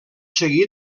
seguit